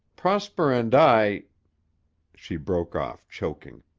prosper and i she broke off choking.